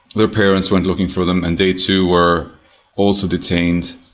their parents went looking for them and they too were also detained.